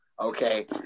Okay